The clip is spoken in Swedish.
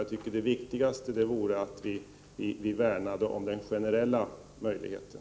Jag tycker det viktigaste är att värna om den generella möjligheten.